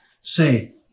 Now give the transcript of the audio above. say